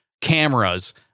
cameras